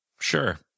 Sure